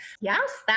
Yes